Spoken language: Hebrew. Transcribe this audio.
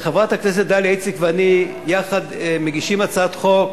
חברת הכנסת דליה איציק ואני מגישים יחד הצעת חוק,